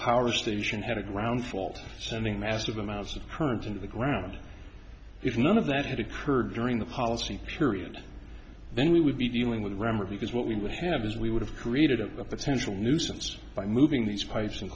power station had a ground fault sending massive amounts of current into the ground if none of that had occurred during the policy period then we would be dealing with grammar because what we would have is we would have created a potential nuisance by moving these pipes